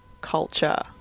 culture